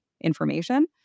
information